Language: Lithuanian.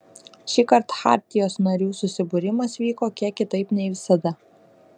šįkart chartijos narių susibūrimas vyko kiek kitaip nei visada